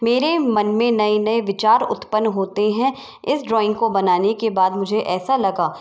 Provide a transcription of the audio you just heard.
मेरे मन में नए नए विचार उत्पन्न होते हैं इस ड्राइंग को बनाने के बाद मुझे ऐसा लगा